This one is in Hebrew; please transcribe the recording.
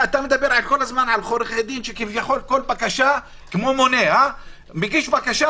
אתה מדבר על עורכי דין שכביכול כל בקשה כמו מונה מגיש בקשה